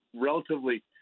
relatively